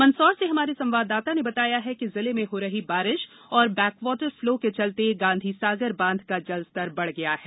मंदसौर से हमारे संवाददता ने बताया है कि जिले में हो रही बारिश और बैकवाटर फ्लो के चलते गांधीसागर बांध का जलस्तर बढ़ गया है